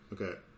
Okay